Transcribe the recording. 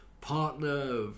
partner